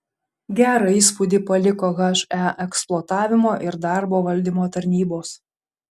gerą įspūdį paliko he eksploatavimo ir darbo valdymo tarnybos